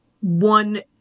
one